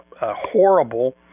horrible